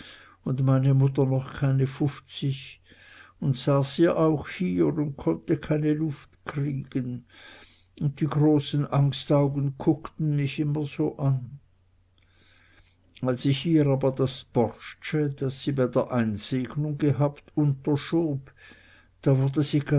und meine mutter noch keine fuffzig und saß ihr auch hier und konnte keine luft kriegen und die großen angstaugen kuckten mich immer so an als ich ihr aber das porstsche das sie bei der einsegnung gehabt unterschob da wurde sie